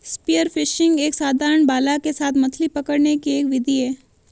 spear fishing एक साधारण भाला के साथ मछली पकड़ने की एक विधि है